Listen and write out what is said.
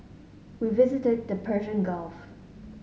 we visited the Persian Gulf